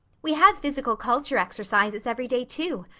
we have physical culture exercises every day, too.